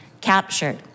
captured